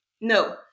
no